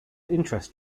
interest